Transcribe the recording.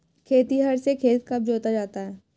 खेतिहर से खेत कब जोता जाता है?